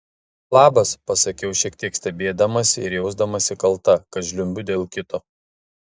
labas pasakiau šiek tiek stebėdamasi ir jausdamasi kalta kad žliumbiu dėl kito